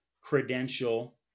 credential